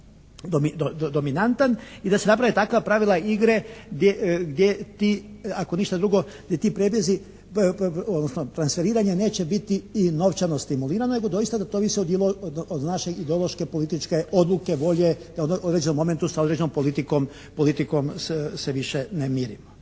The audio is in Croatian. i da se naprave takva pravila igre gdje ti ako ništa drugo da ti prebjezi, odnosno transferiranja neće biti i novčano stimulirano, nego doista da to ovisi od naše ideološke političke odluke, volje da određenom momentu sa određenom političkom se više ne mirimo.